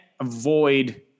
avoid